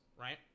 right